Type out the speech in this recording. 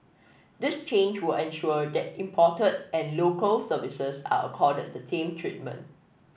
this change will ensure that imported and Local Services are accorded the same treatment